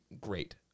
great